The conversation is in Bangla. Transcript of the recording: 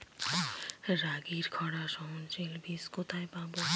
রাগির খরা সহনশীল বীজ কোথায় পাবো?